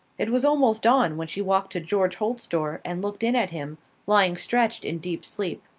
it was almost dawn when she walked to george holt's door and looked in at him lying stretched in deep sleep.